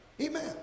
Amen